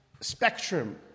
spectrum